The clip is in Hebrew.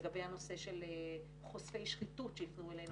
לגבי הנושא של חושפי שחיתות שיפנו אלינו,